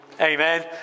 Amen